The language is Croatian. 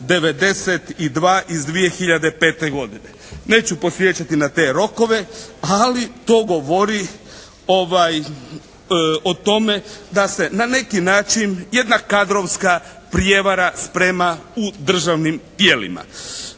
92. iz 2005. godine. Neću podsjećati na te rokove ali to govori o tome da se na neki način jedna kadrovska prijevara sprema u državnim tijelima.